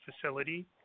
facility